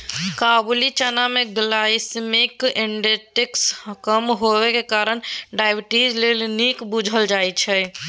काबुली चना मे glycaemic index कम हेबाक कारणेँ डायबिटीज लेल नीक बुझल जाइ छै